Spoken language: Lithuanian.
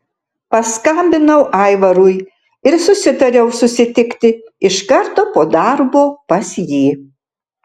paskambinau aivarui ir susitariau susitikti iš karto po darbo pas jį